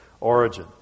origin